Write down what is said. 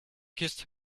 kissed